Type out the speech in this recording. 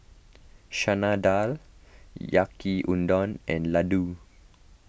Chana Dal Yaki Udon and Ladoo